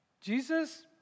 Jesus